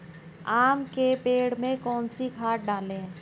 आम के पेड़ में कौन सी खाद डालें?